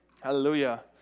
Hallelujah